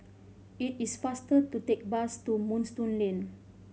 it is faster to take bus to Moonstone Lane